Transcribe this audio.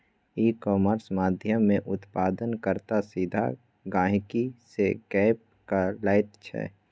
इ कामर्स माध्यमेँ उत्पादन कर्ता सीधा गहिंकी सँ गप्प क लैत छै